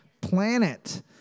planet